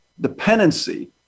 dependency